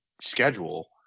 schedule